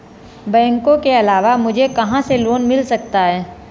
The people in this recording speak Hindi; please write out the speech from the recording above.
बैंकों के अलावा मुझे कहां से लोंन मिल सकता है?